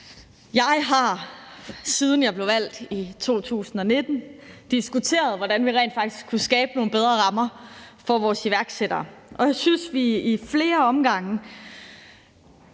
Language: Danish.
jeg, siden jeg blev valgt i 2019, diskuteret, hvordan vi rent faktisk kunne skabe nogle bedre rammer for vores iværksættere. Jeg synes, vi i flere omgange